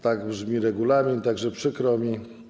Tak brzmi regulamin, tak że przykro mi.